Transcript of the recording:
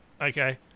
Okay